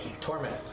torment